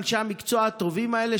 אנשי המקצוע הטובים האלה,